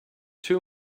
two